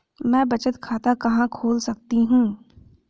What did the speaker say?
मैं बचत खाता कहां खोल सकती हूँ?